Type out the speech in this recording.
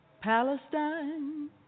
Palestine